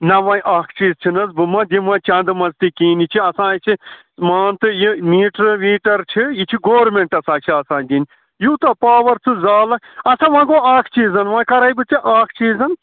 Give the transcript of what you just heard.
نَہ وۅنۍ اَکھ چیٖز چھِنہٕ حظ بہٕ ما دِمہٕ وۄنۍ چَنٛدٕ منٛز تہِ کِہیٖنٛۍ یہِ چھِ آسان اَسہِ مان تہٕ یہِ میٖٹر ویٖٹَر چھِ یہِ چھِ گورمینٹَس اَسہِ آسان دِنۍ یوٗتاہ پاوَر ژٕ زالکھ اَچھا وۄنۍ گوٚو اَکھ چیٖز وۄنۍ کَرے بہٕ ژےٚ اَکھ چیٖز